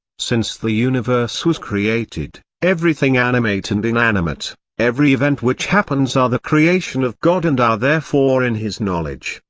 since the universe was created, everything animate and inanimate, every event which happens are the creation of god and are therefore in his knowledge.